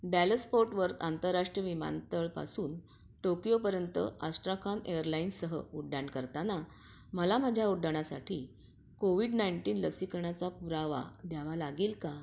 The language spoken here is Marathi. डॅलस फोर्ट वर आंतरराष्ट्रीय विमानतळापासून टोकियोपर्यंत ॲश्ट्राखान एअरलाईनसह उड्डाण करताना मला माझ्या उड्डाणासाठी कोविड नाईंटिन लसीकरणाचा पुरावा द्यावा लागेल का